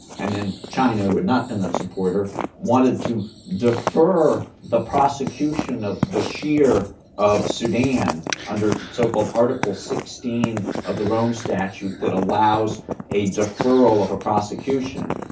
and then china, who had not been a supporter wanted to defer the prosecution of bashir of sudan under so-called article sixteen of the rome statute that allows a deferral of a prosecution.